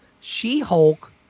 She-Hulk